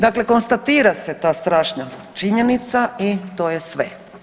Dakle, konstatira se ta strašna činjenica i to je sve.